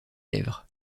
lèvres